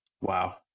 Wow